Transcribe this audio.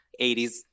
80s